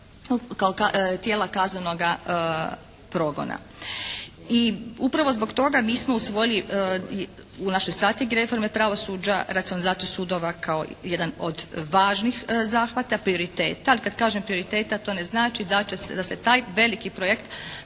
kao tijela kaznenoga progona. I upravo zbog toga mi smo usvojili u našoj strategiji pravosuđa racionalizaciju sudova kao jedan od važnih zahvata, prioriteta. Ali kad kažem prioriteta to ne znači da će se, da se taj veliki projekt